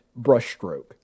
brushstroke